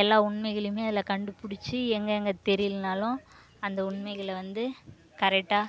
எல்லா உண்மைகளையும் அதில் கண்டுபிடிச்சி எங்கே எங்கே தெரியலனாலும் அந்த உண்மைகளை வந்து கரெக்டாக